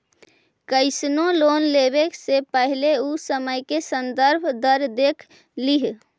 कइसनो लोन लेवे से पहिले उ समय के संदर्भ दर देख लिहऽ